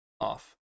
off